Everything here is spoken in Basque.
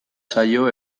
zaio